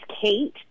Kate